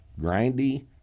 grindy